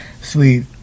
sweet